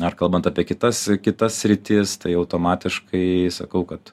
ar kalbant apie kitas kitas sritis tai automatiškai sakau kad